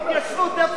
ההתיישבות.